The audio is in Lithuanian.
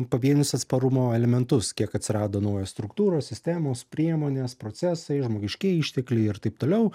pavienius atsparumo elementus kiek atsirado naujos struktūros sistemos priemonės procesai žmogiškieji ištekliai ir taip toliau